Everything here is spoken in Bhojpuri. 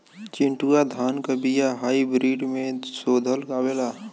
चिन्टूवा धान क बिया हाइब्रिड में शोधल आवेला?